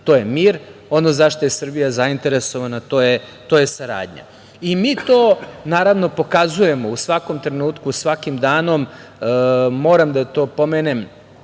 to je mir, ono za šta je Srbija zainteresovana to je saradnja. Mi to pokazujemo u svakom trenutku, svakim danom. Moram da pomenem